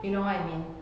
you know what I mean